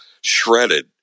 shredded